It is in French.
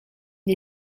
une